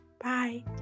bye